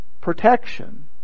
protection